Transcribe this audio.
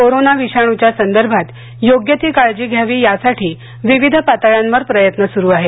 corona विषाणूच्या संदर्भात योग्य ती काळजी घ्यावी यासाठी विविध पातळ्यांवर प्रयत्न सुरु आहेत